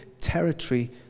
territory